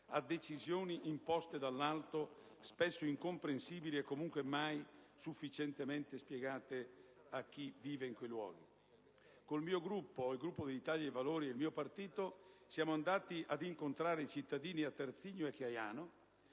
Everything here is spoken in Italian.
a decisioni imposte dall'alto, spesso incomprensibili e comunque mai sufficientemente spiegate a chi vive in quei luoghi? Col mio Gruppo, Italia dei Valori, e il mio partito siamo andati ad incontrare i cittadini a Terzigno e a Chiaiano